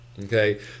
Okay